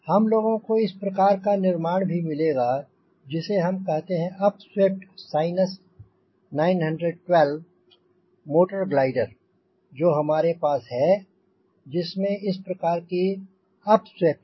हम लोगों को इस प्रकार का निर्माण भी मिलेगा जिसे हम कहते हैं अपस्वेप्ट साइनस 912 मोटर ग्लाइडर जो हमारे पास है जिसमें इस प्रकार की अपस्वेप्ट है